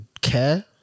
care